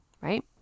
right